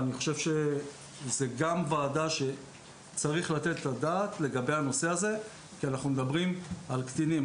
אני חושב שצריך לתת את הדעת לנושא הזה כי אנחנו מדברים על קטינים.